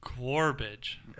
garbage